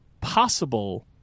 possible